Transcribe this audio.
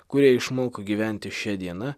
kurie išmoko gyventi šia diena